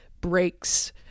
breaks